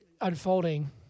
unfolding